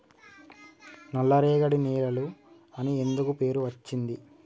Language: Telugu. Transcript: నల్లరేగడి నేలలు అని ఎందుకు పేరు అచ్చింది?